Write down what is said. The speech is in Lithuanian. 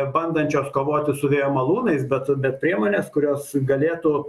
bandančios kovoti su vėjo malūnais bet bet priemonės kurios galėtų